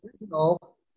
original